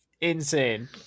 insane